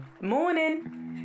Morning